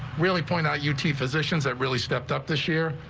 really point out you t physicians that really stepped up this year.